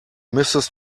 mrs